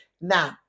now